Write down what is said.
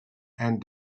and